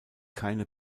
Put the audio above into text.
keine